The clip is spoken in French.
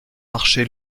marché